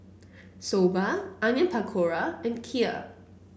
Soba Onion Pakora and Kheer